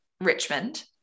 richmond